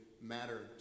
matter